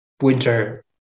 winter